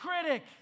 critic